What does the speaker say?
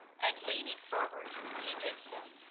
and, leaning forward, he did so.